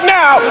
now